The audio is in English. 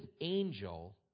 angel